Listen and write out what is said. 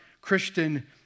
Christian